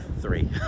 three